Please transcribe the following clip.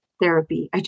therapy